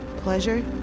Pleasure